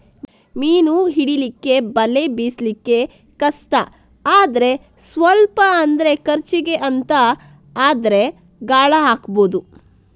ಮೀನು ಹಿಡೀಲಿಕ್ಕೆ ಬಲೆ ಬೀಸ್ಲಿಕ್ಕೆ ಕಷ್ಟ ಆದ್ರೆ ಸ್ವಲ್ಪ ಅಂದ್ರೆ ಖರ್ಚಿಗೆ ಅಂತ ಆದ್ರೆ ಗಾಳ ಹಾಕ್ಬಹುದು